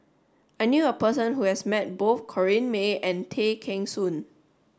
I knew a person who has met both Corrinne May and Tay Kheng Soon